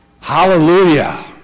Hallelujah